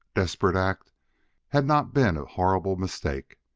desperate act had not been a horrible mistake.